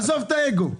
עזוב את האגו.